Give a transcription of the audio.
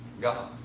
God